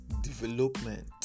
development